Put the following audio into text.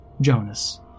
Jonas